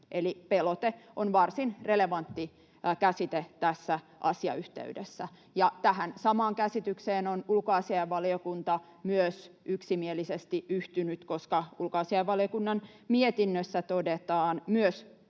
Eli pelote on varsin relevantti käsite tässä asiayhteydessä. Tähän samaan käsitykseen on ulkoasiainvaliokunta myös yksimielisesti yhtynyt, koska ulkoasiainvaliokunnan mietinnössä todetaan myös